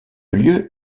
lieu